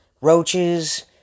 roaches